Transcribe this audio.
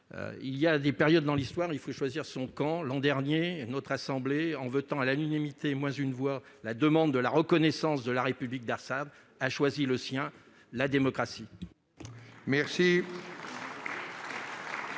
Il y a des périodes dans l'histoire où il faut choisir son camp. L'an dernier, notre assemblée, en votant à l'unanimité moins une voix la demande de la reconnaissance de la République d'Artsakh, a choisi le sien, celui de la démocratie.